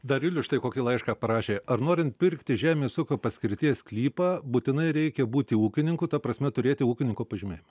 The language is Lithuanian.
dar julius štai kokį laišką parašė ar norint pirkti žemės ūkio paskirties sklypą būtinai reikia būti ūkininku ta prasme turėti ūkininko pažymėjimą